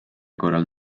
korral